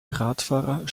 radfahrer